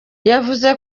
yavuze